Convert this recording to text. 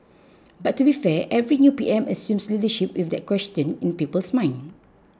but to be fair every new P M assumes leadership with that question in people's minds